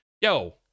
Yo